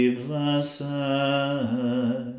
blessed